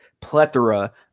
plethora